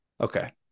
Okay